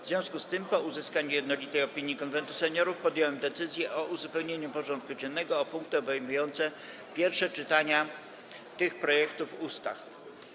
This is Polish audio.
W związku z tym, po uzyskaniu jednolitej opinii Konwentu Seniorów, podjąłem decyzję o uzupełnieniu porządku dziennego o punkty obejmujące pierwsze czytania tych projektów ustaw.